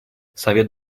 совет